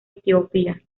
etiopía